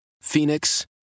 Phoenix